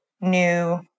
new